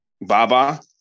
baba